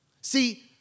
See